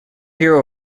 hero